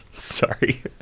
sorry